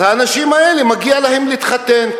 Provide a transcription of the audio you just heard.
אז האנשים האלה מגיע להם להתחתן.